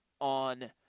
on